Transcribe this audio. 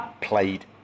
played